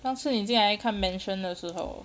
上次你进来看 mansion 的时候